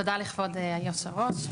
תודה לכבוד יושב הראש,